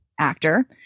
actor